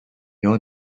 know